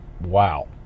wow